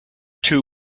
two